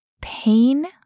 pain